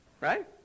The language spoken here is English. Right